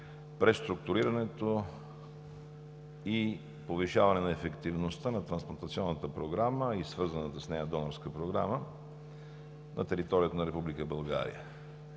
преструктурирането и повишаването на ефективността на трансплантационната програма и свързаната с нея донорска програма на територията на Република